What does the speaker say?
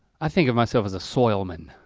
i think of myself as a soilman.